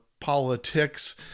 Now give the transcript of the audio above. politics